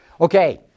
Okay